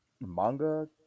manga